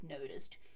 noticed